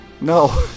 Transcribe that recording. No